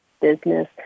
business